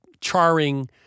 charring